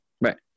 Right